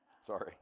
Sorry